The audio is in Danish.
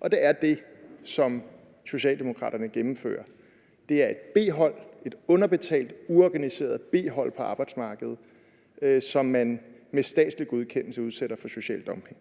Og det er det, som Socialdemokraterne gør. Det er et underbetalt og uorganiseret B-hold på arbejdsmarkedet, som man med statslig godkendelse udsætter for social dumping.